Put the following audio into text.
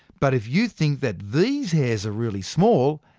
but if you think that these hairs are really small,